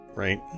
right